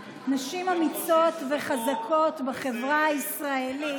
נשים אמיצות וחזקות בחברה הישראלית